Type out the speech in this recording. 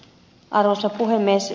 arvoisa puhemies